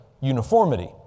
uniformity